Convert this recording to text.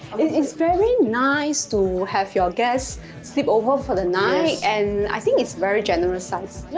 it's it's very nice to have your guests sleepover for the night and i think it's very generous size yeah,